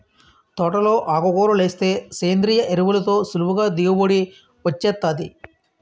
తోటలో ఆకుకూరలేస్తే సేంద్రియ ఎరువులతో సులువుగా దిగుబడి వొచ్చేత్తాది